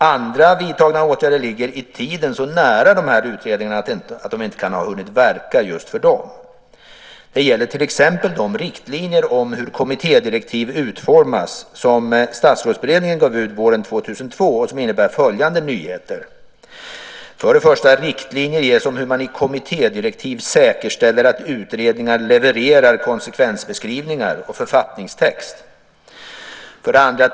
Andra vidtagna åtgärder ligger i tiden så nära dessa utredningar att de inte kan ha hunnit verka just för dem. Det gäller till exempel de riktlinjer om hur kommittédirektiv utformas som Statsrådsberedningen gav ut våren 2002 och som innebär följande nyheter: Riktlinjer ges om hur man i kommittédirektiv säkerställer att utredningar levererar konsekvensbeskrivningar och författningstext.